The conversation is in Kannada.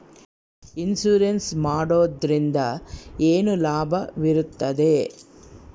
ಇನ್ಸೂರೆನ್ಸ್ ಮಾಡೋದ್ರಿಂದ ಏನು ಲಾಭವಿರುತ್ತದೆ?